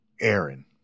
Aaron